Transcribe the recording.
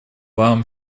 вам